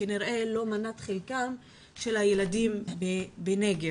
כנראה לא מנת חלקם של הילדים בנגב